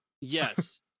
Yes